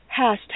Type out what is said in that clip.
hashtag